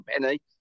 penny